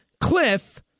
Cliff